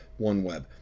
OneWeb